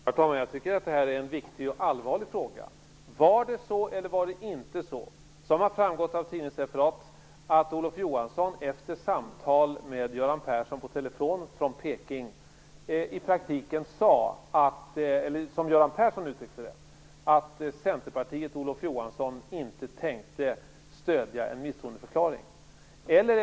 Herr talman! Jag tycker att detta är en viktig och allvarlig fråga. Var det eller var det inte så, att Olof Johansson efter samtal med Göran Persson på telefon från Peking i praktiken sade att Centerpartiet inte tänkte stödja en misstroendeförklaring? Det har framgått av tidningsreferat. Göran Persson uttryckte det så.